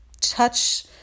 touch